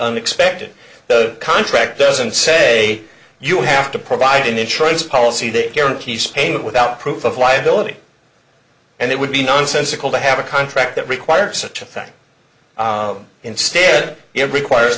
unexpected the contract doesn't say you have to provide an insurance policy that guarantees payment without proof of liability and it would be nonsensical to have a contract that requires such a thing instead it requires